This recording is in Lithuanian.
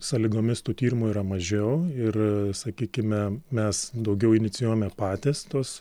sąlygomis tų tyrimų yra mažiau ir sakykime mes daugiau inicijuojame patys tuos